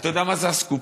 אתה יודע מה זה אסקופה,